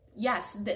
Yes